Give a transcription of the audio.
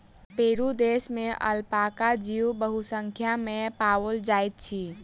Peru देश में alpaca जीव बहुसंख्या में पाओल जाइत अछि